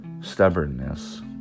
stubbornness